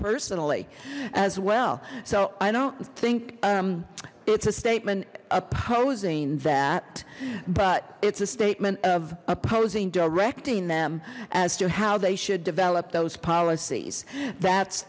personally as well so i don't think it's a statement opposing that but it's a statement of opposing directing them as to how they should develop those policies that